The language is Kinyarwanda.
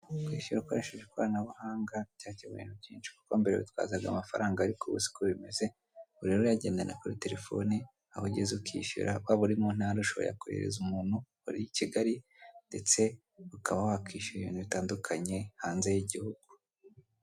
Kwishyura ukoresheje ikoranabuhanga byakemuye ibintu byinshi kuko mbere witwazaga amafaranga ariko ubu siko bikimeze, ubu rero uyagendana kuri terefone aho ugeze ukishyura waba uri mu ntara ushobora koherereza umuntu uri i Kigali ndetse ukaba wakishyura ibintu bitandukanye hanze y'igihugu.